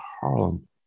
harlem